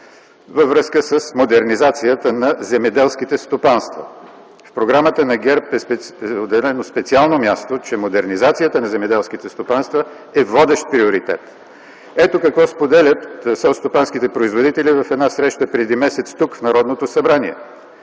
във връзка с модернизацията на земеделските стопанства. В програмата на ГЕРБ е отделено специално място, че модернизацията на земеделските стопанства е водещ приоритет. Ето какво споделят селскостопанските производители в среща преди месец тук, в Народното събрание: